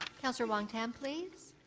councillor wong-tam, please.